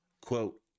quote